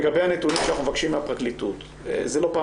לגבי הנתונים שאנחנו מבקשים מהפרקליטות: זו לא פעם